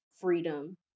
freedom